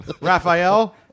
Raphael